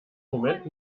moment